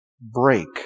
break